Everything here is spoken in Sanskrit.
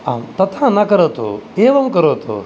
आम् तथा न करोतु एवं करोतु